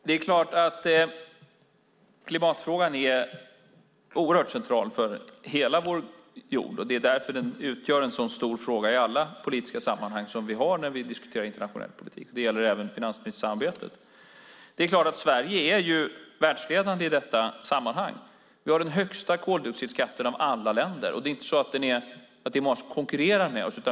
Fru talman! Klimatfrågan är oerhört central för hela vår jord. Det är därför den utgör en så stor fråga i alla politiska sammanhang när vi diskuterar internationell politik. Det gäller även finansministersamarbetet. Sverige är världsledande i detta sammanhang. Vi har den högsta koldioxidskatten av alla länder. Det är inte många som konkurrerar med oss.